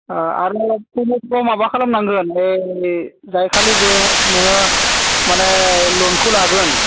अ आरो माबा खालामनांगोन ओइ जायखालि जे नोङो माने ल'नखो लागोन